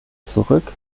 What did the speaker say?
zurück